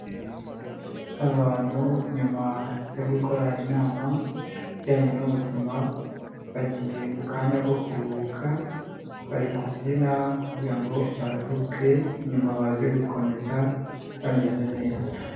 Abantu nyuma yo gukora inama ijyanye n'ubuzima bagiye mukanya ko kuruhuka bari kubyina kugira ngo baruhuke nyuma baze gukomeza bameze neza.